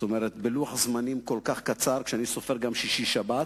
בלוח זמנים כל כך קצר, כשאני סופר גם את שישי-שבת,